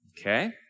Okay